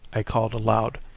i called aloud,